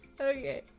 Okay